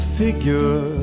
figure